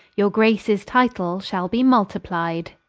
your graces title shall be multiplied